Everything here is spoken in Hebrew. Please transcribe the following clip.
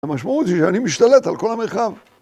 המשמעות היא שאני משתלט על כל המרחב